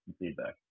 feedback